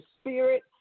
spirit